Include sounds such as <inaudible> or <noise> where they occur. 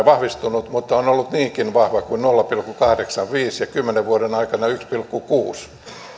<unintelligible> vahvistunut on ollut niinkin vahva kuin nolla pilkku kahdeksankymmentäviisi ja kymmenen vuoden aikana yksi pilkku kuusi